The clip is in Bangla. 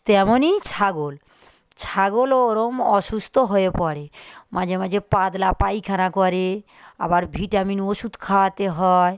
তেমনই ছাগল ছাগলও ওরম অসুস্থ হয়ে পড়ে মাঝে মাঝে পাতলা পাইখানা করে আবার ভিটামিন ওষুধ খাওয়াতে হয়